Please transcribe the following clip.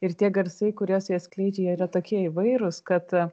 ir tie garsai kuriuos jie skleidžia yra tokie įvairūs kad